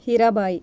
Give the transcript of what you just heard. Hirabai